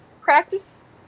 practice